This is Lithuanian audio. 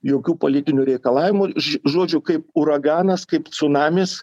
jokių politinių reikalavimų žodžiu kaip uraganas kaip cunamis